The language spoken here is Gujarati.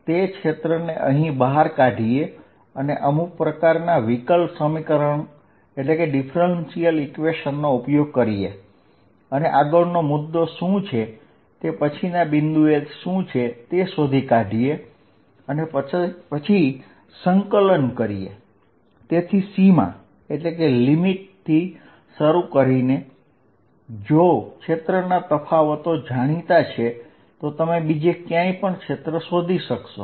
તે ક્ષેત્રને અહીં બહાર કાઢીએ અને અમુક પ્રકારના વિકલ સમીકરણ નો ઉપયોગ કરીએ અને આગળનો મુદ્દો શું છે અને પછીના બિંદુએ શું છે તે શોધી કાઢીએ અને પછી સંકલન કરીએ તેથી સીમા થી શરૂ કરીને જો ક્ષેત્રના તફાવતો જાણીતા છે તો તમે બીજી જગ્યાએ પણ ક્ષેત્ર શોધી શકશો